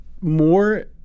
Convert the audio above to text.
more